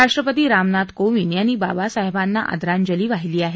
राष्ट्रपती रामनात कोविंद यांनी बाबासाहेबांना आदरांजली वाहिली आहे